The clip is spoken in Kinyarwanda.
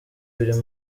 birimo